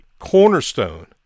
Cornerstone